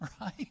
right